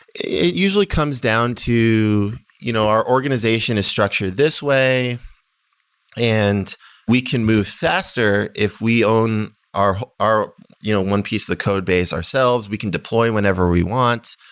it usually comes down to you know our organization is structured this way and we can move faster if we own our our you know one piece of the codebase ourselves, we can deploy whenever we want,